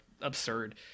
absurd